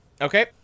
Okay